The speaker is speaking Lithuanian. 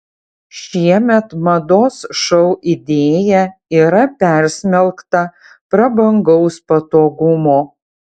šiemet mados šou idėja yra persmelkta prabangaus patogumo